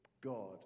God